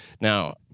Now